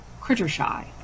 Crittershy